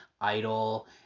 idol